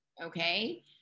okay